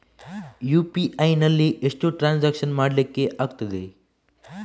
UPI ನಲ್ಲಿ ಎಷ್ಟು transaction ಮಾಡ್ಲಿಕ್ಕೆ ಆಗ್ತದೆ?